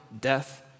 death